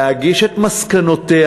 להגיש את מסקנותיה,